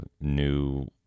new